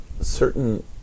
certain